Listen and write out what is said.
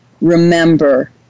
Remember